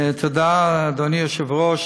תודה, אדוני היושב-ראש.